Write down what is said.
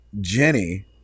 Jenny